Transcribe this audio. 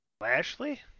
Lashley